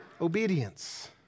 Obedience